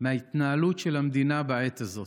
מההתנהלות של המדינה בעת הזאת.